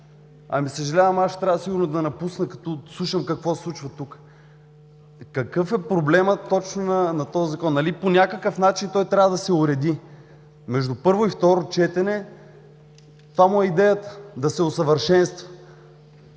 ами, съжалявам, ще трябва сигурно да напусна, като слушам какво се случва тук! Какъв е проблемът точно на този Закон? Нали по някакъв начин той трябва да се уреди. Между първо и второ четене това му е идеята – да се усъвършенства.